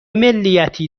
ملیتی